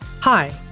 Hi